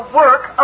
work